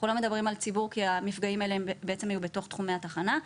אנחנו לא מדברים על הציבור כי המפגעים האלה בעצם היו בתוך תחומי התחנה.